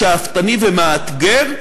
שאפתני ומאתגר.